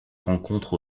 rencontre